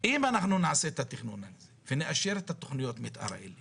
אם אנחנו נעשה את התכנון הזה ונאשר את תכניות המתאר האלה